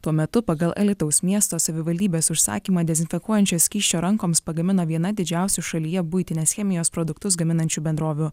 tuo metu pagal alytaus miesto savivaldybės užsakymą dezinfekuojančio skysčio rankoms pagamino viena didžiausių šalyje buitinės chemijos produktus gaminančių bendrovių